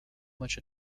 much